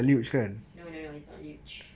no no no it's not luge